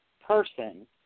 person